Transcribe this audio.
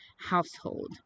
household